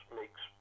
makes